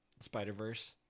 spider-verse